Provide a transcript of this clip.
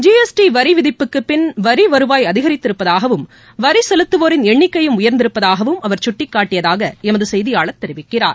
G S T வரி விதிப்புக்குப் பின் வரி வருவாய் அதிகரித்திருப்பதாகவும் வரி செலுத்தவோரின் எண்ணிக்கையும் உயர்ந்திருப்பதாகவும் அவர் சுட்டிகாட்டியதாக எமது செய்தியாளர் தெரிவிக்கிறார்